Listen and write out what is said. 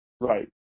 right